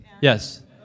Yes